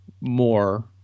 More